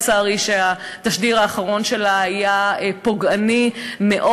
שלצערי התשדיר האחרון שלה היה פוגעני מאוד.